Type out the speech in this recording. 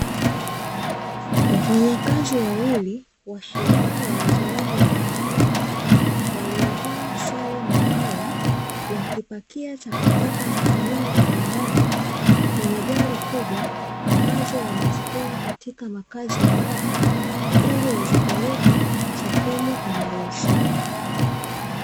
Wafanyakazi wawili wa shirika la uzoaji wa takataka waliovaa sare maalumu, wakipakia takataka za aina mbalimbali kwenye gari kubwa ambazo wamezitoa katika makazi ya watu ili wazipeleke sehemu inayohusika.